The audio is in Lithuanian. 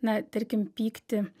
na tarkim pykti